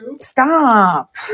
Stop